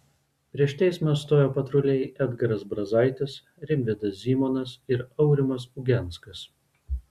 prieš teismą stojo patruliai edgaras brazaitis rimvydas zymonas ir aurimas ugenskas